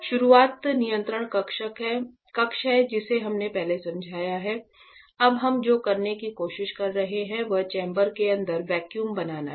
शुरुआत नियंत्रण कक्ष है जिसे हमने पहले समझाया है अब हम जो करने की कोशिश कर रहे हैं वह चेंबर के अंदर वैक्यूम बनाना है